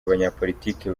abanyapolitike